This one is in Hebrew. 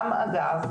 גם אגב,